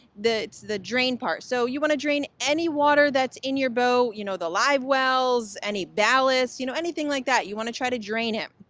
that's the drain part. so you want to drain any water that's in your boat, you know, the live wells, any ballast, you know anything like that. you want to try to drain it.